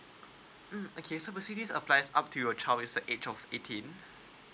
mm okay so basically applies up to your child is the age of eighteen